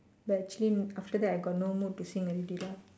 but actually after that I got no mood to sing already lah